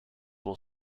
will